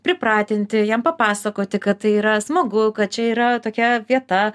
pripratinti jam papasakoti kad tai yra smagu kad čia yra tokia vieta